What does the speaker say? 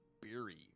beery